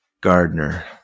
Gardner